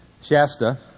Shasta